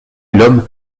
l’homme